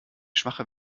schwache